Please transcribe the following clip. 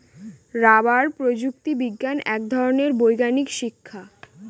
rubber প্রযুক্তি বিজ্ঞান এক ধরনের বৈজ্ঞানিক শিক্ষা